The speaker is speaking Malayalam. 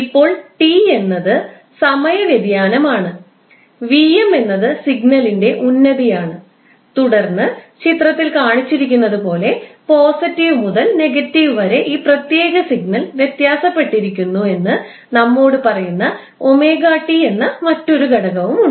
ഇപ്പോൾ t എന്നത് സമയ വ്യതിയാനമാണ് Vm എന്നത് സിഗ്നലിന്റെ ഉന്നതി ആണ് തുടർന്ന് ചിത്രത്തിൽ കാണിച്ചിരിക്കുന്നതുപോലെ പോസിറ്റീവ് മുതൽ നെഗറ്റീവ് വരെ ഈ പ്രത്യേക സിഗ്നൽ വ്യത്യാസപ്പെട്ടിരിക്കുന്നു എന്ന് നമ്മോട് പറയുന്ന 𝜔𝑡 എന്ന മറ്റൊരു ഘടകമുണ്ട്